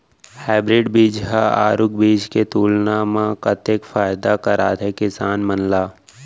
Hybrid बीज हा आरूग बीज के तुलना मा कतेक फायदा कराथे किसान मन ला?